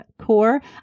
core